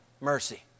mercy